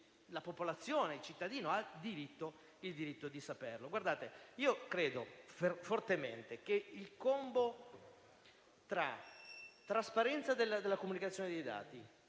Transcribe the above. la popolazione e i cittadini hanno il diritto di saperlo. Credo fortemente che il combo tra trasparenza della comunicazione dei dati,